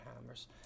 hammers